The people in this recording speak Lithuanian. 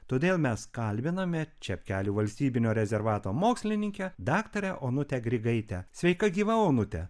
todėl mes kalbiname čepkelių valstybinio rezervato mokslininkę daktarę onutė grigaitę sveika gyva onute